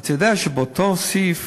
אתה יודע שבאותו סעיף